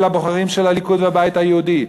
ולבוחרים של הליכוד והבית היהודי,